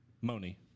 Moni